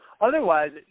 Otherwise